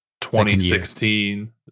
2016